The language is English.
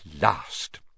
last